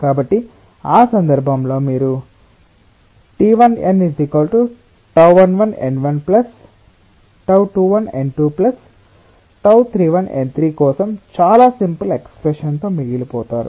కాబట్టి ఆ సందర్భంలో మీరు T1n τ11n1 τ21n2 τ31n3 కోసం చాలా సింపుల్ ఎక్స్ప్రెషన్ తో మిగిలిపోతారు